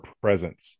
presence